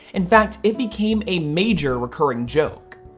in fact, it became a major recurring joke.